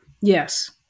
Yes